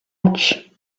edge